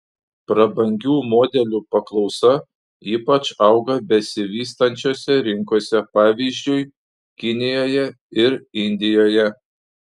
prabangių modelių paklausa ypač auga besivystančiose rinkose pavyzdžiui kinijoje ir indijoje